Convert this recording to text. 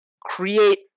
create